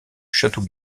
château